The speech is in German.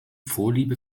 vorliebe